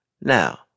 Now